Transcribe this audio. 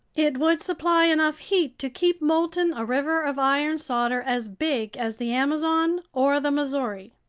it would supply enough heat to keep molten a river of iron solder as big as the amazon or the missouri.